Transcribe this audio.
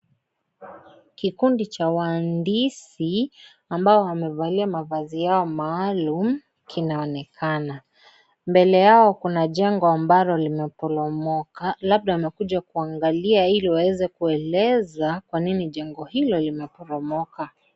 Kikundi cha wahaandisi ambao wamevalia mavazi yao maalum kinaonekana, mbele yao kuna jengo ambalo limeporomoka labda wamekuja kuangalia ili waeze kueleza kwa nini jengo hilo limeporomoka.